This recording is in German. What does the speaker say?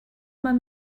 man